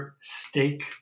steak